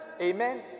Amen